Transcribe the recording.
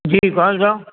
जी कहल जाउ